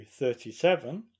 37